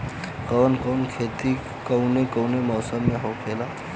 कवन कवन खेती कउने कउने मौसम में होखेला?